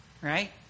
right